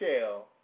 shell